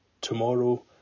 tomorrow